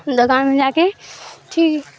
دکان میں جا کے ٹھیک